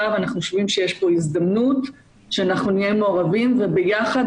ואנחנו חושבים שיש פה הזדמנות שאנחנו נהיה מעורבים וביחד,